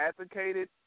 advocated